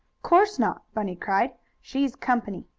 course not! bunny cried. she's company.